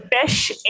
Fish